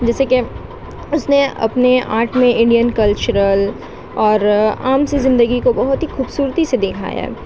جیسے کہ اس نے اپنے آرٹ میں انڈین کلچرل اور عام س زندگی کو بہت ہی خوبصورتی سے دکھایا ہے